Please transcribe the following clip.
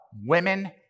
women